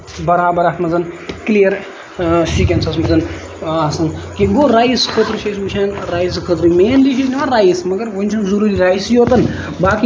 برابر اَتھ منٛز کِلیر سِکوٗینسس منٛز آ آسان ییٚتہِ گوٚو رایِس خٲطرٕ چھِ أسۍ وٕچھان رایِس خٲطرٕ مینلی چھِ أسۍ نِوان رایِس مَگر وۄنۍ چھُنہٕ ضروٗری رایِسٕے یوت باقی